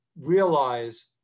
realize